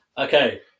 Okay